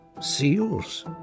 seals